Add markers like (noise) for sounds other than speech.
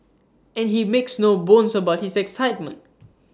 and he makes no bones about his excitement (noise)